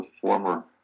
former